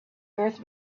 earth